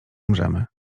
umrzemy